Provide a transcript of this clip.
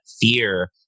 fear